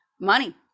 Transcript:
money